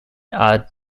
are